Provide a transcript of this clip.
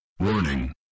Warning